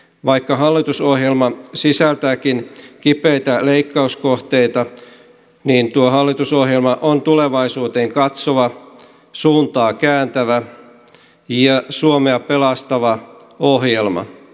vaikka hallitusohjelma sisältääkin kipeitä leikkauskohteita tuo hallitusohjelma on tulevaisuuteen katsova suuntaa kääntävä ja suomea pelastava ohjelma